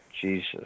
Jesus